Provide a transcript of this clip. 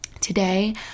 Today